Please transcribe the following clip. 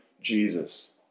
Jesus